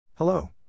Hello